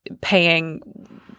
paying